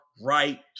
right